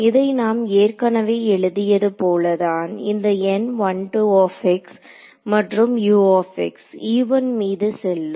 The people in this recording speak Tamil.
இதை நாம் ஏற்கனவே எழுதியது போல தான் இந்த மற்றும் மீது செல்லும்